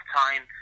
time